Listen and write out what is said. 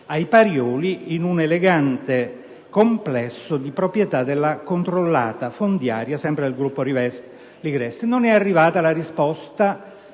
ai Parioli in un elegante complesso di proprietà della controllata Fondiaria, sempre del gruppo Ligresti. Dal Ministro